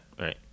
Right